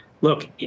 look